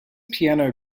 piano